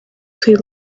too